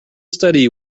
steady